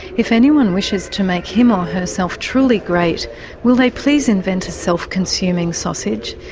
if anyone wishes to make him or herself truly great will they please invent a self consuming sausage,